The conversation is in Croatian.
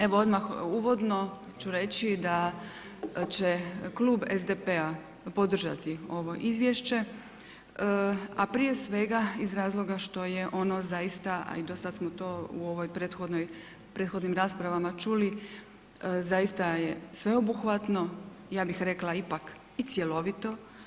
Evo odmah uvodno ću reći da će klub SDP-a podržati ovo izvješće a prije svega iz razloga što je ono zaista a i do sad smo to u ovoj prethodnim raspravama čuli, zaista je sveobuhvatno, ja bih rekla ipak cjelovito.